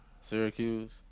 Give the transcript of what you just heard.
Syracuse